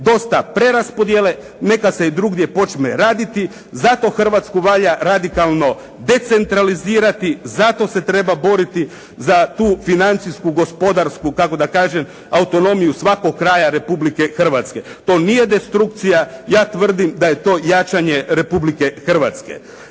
Dosta preraspodjele, neka se i drugdje počne raditi. Zato Hrvatsku valja radikalno decentralizirati, zato se treba boriti za tu financijsku, gospodarsku kako da kažem, autonomiju svakog kraja Republike Hrvatske. To nije destrukcija, ja tvrdim da je to jačanje Republike Hrvatske.